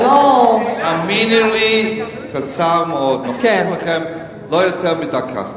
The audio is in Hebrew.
זה לא, האמיני לי שזה קצר מאוד, לא יותר מדקה.